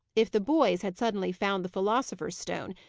if the boys had suddenly found the philosopher's stone,